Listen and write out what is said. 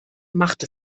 macht